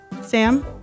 Sam